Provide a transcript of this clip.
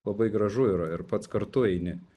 labai gražu yra ir pats kartu eini